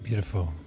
Beautiful